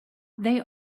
they